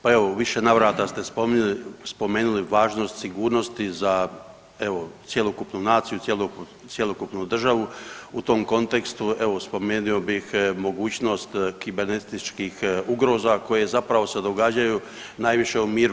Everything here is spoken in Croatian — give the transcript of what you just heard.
Pa evo u više navrata ste spomenuli važnost sigurnosti za evo cjelokupnu naciju, cjelokupnu državu u tom kontekstu evo spomenuo bih mogućnost kibernetičkih ugroza koje zapravo se događaju najviše u miru.